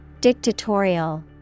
Dictatorial